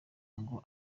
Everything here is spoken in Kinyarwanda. ngo